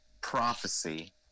prophecy